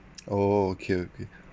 oh okay okay